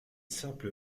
simple